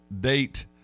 date